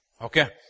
Okay